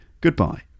goodbye